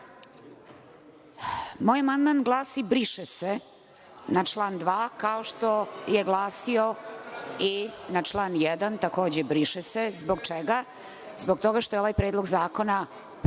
amandman glasi – briše se, na član 2, kao što je glasio i na član 1. takođe - briše se. Zbog čega? Zbog toga što je ovaj Predlog zakona potpuno